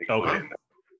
Okay